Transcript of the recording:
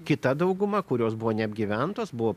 kita dauguma kurios buvo neapgyventos buvo